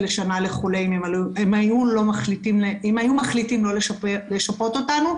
לשנה לחולה אם הם היו מחליטים לא לשפות אותנו.